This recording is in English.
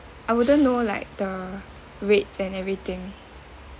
I wouldn't know like the rates and everything